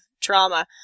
trauma